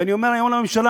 ואני אומר היום לממשלה: